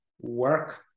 work